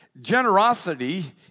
Generosity